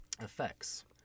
effects